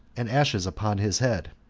and ashes upon his head.